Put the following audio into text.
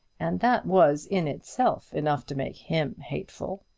and that was in itself enough to make him hateful.